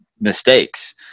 mistakes